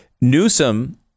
Newsom